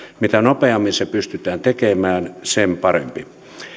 mitä nopeammin se pystytään tekemään sen parempi